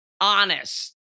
honest